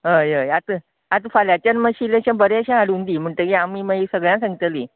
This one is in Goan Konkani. हय हय आसूं आता फाल्यांचान मातशें इल्लेशें बरेशें हाडून दी म्हणटगीर आमी मागीर सगळ्यांक सांगतली